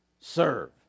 serve